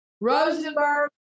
Rosenberg